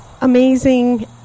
amazing